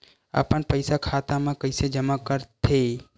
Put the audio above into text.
अपन पईसा खाता मा कइसे जमा कर थे?